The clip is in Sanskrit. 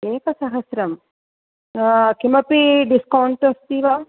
एकसहस्त्रं किमपि डिस्कौण्ट् अस्ति वा